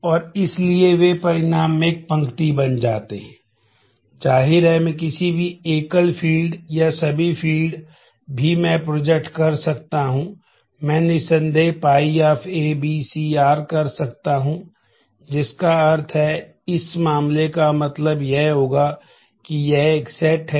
और इसलिए वे परिणाम में एक पंक्ति बन जाते हैं जाहिर है मैं किसी भी एकल फील्ड नहीं देता है